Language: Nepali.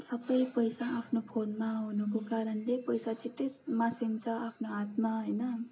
सबै पैसा आफ्नो फोनमा हुनुको कारणले पैसा छिट्टै मासिन्छ आफ्नो हातमा होइन